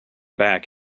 back